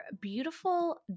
beautiful